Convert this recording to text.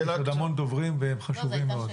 יש עוד המון דוברים והם חשובים מאוד.